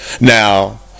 Now